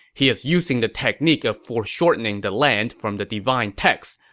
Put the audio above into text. he is using the technique of foreshortening the land from the divine texts.